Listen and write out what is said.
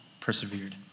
persevered